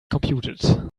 computed